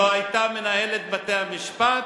לא היתה מנהלת בתי-המשפט,